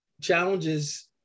challenges